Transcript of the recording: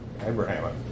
Abraham